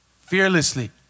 Fearlessly